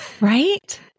Right